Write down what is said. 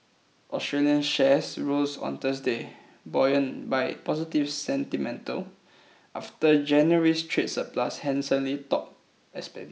Australian shares rose on Thursday buoyed by positive sentiment after January's trade surplus handsomely topped expectations